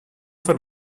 for